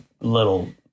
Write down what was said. little